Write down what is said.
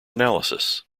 analysis